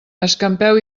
escampeu